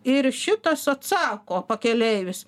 ir šitas atsako pakeleivis